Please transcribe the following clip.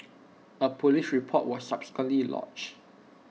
A Police report was subsequently lodged